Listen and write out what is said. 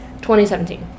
2017